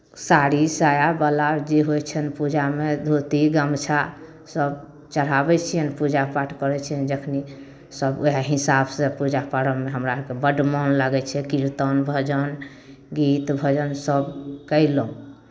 साड़ी साया ब्लाउज ई होइ छनि पूजामे धोती गमछा सभ चढ़ाबै छियनि पूजा पाठ करै छियनि जखनि सभ उएह हिसाबसँ पूजा पर्वमे हमरा आरके बड मोन लागै छै कीर्तन भजन गीत भजन सभ कयलहुँ